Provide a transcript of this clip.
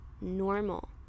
normal